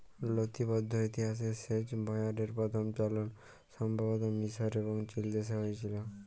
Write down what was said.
লতিবদ্ধ ইতিহাসে সেঁচ ভাঁয়রের পথম চলল সম্ভবত মিসর এবং চিলদেশে হঁয়েছিল